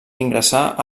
ingressar